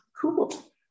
cool